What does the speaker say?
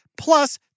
plus